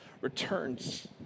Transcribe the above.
returns